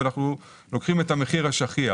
אנחנו לוקחים את המחיר השכיח.